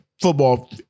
football